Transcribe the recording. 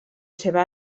seva